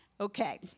Okay